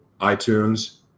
iTunes